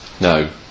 No